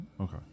okay